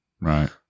Right